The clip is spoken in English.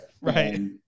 Right